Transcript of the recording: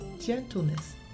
gentleness